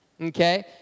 Okay